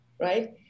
right